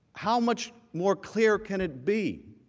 how much more clear can it be?